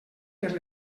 per